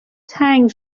تنگ